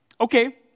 Okay